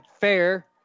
Fair